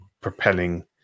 propelling